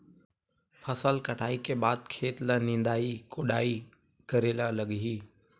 फसल कटाई के बाद खेत ल निंदाई कोडाई करेला लगही?